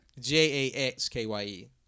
J-A-X-K-Y-E